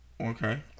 Okay